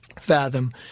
fathom